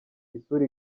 isura